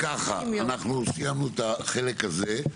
אם ככה, אנחנו סיימנו את החלק הזה.